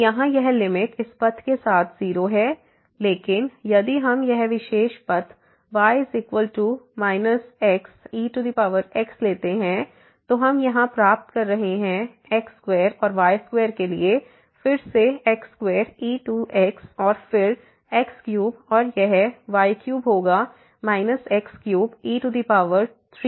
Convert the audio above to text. तो यहाँ यह लिमिट इस पथ के साथ 0 है लेकिन यदि हम यह विशेष पथ y xexलेते हैं तो हम यहाँ प्राप्त कर रहे हैं x2 और y2 के लिए फिर से x2e2x और फिर x3 और यह y3 होगा x3e3x